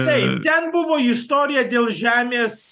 taip ten buvo istorija dėl žemės